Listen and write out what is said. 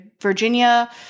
Virginia